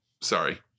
Sorry